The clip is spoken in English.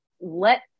let